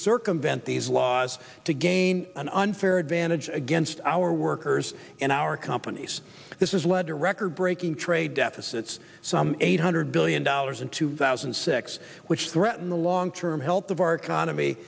circumvent these laws to gain an unfair advantage against our workers and our companies this is led to record breaking trade deficits some eight hundred billion dollars in two thousand and six which threaten the long term health of our economy